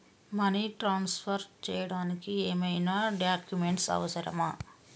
Money transfer చేయడానికి ఏమైనా documents అవసరమా?